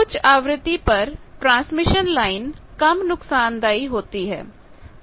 उच्च आवृत्ति पर ट्रांसमिशन लाइन कम नुकसानदायी होती हैं